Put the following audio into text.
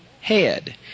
head